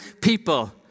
people